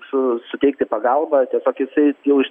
su suteikti pagalbą tiesiog jisais jau iš